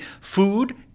food